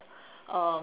uh